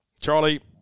Charlie